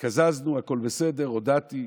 התקזזנו, הכול בסדר, הודעתי